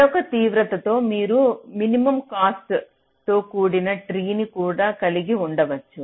మరొక తీవ్రతలో మీరు మినిమం కాస్ట్ తో కూడిన ట్రీ ను కలిగి ఉండవచ్చు